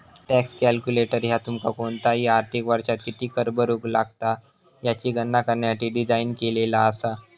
tax calculator ह्या तुमका कोणताही आर्थिक वर्षात किती कर भरुक लागात याची गणना करण्यासाठी डिझाइन केलेला असा